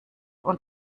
und